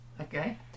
Okay